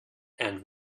and